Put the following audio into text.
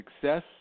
success